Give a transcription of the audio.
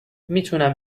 میتونم